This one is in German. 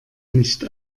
nicht